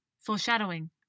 Foreshadowing